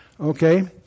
Okay